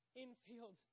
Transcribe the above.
infield